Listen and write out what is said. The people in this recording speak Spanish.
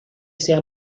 sea